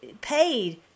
paid